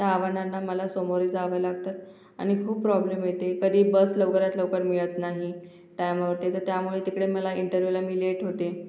त्या आव्हानांना मला सामोरे जावे लागतं आणि खूप प्रॉब्लेम येते कधी बस लवकरात लवकर मिळत नाही त्यामुळं तेथे त्यामुळे तिकडे मला इंटरव्यूला मी लेट होते